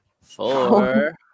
four